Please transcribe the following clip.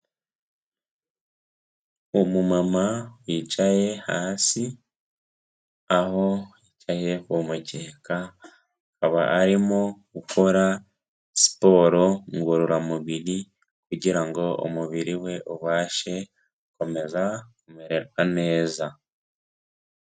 Umumama yicaye hasi. Aho yicaye ku mukeka akaba arimo gukora siporo ngororamubiri kugira ngo umubiri we ubashe gukomeza kumererwa neza.